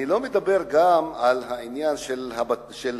אני לא מדבר בעניין בתי-הספר